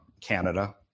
Canada